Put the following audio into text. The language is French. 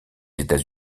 états